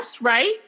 right